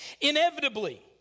Inevitably